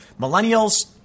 Millennials